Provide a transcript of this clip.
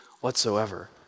whatsoever